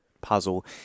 puzzle